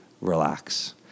relax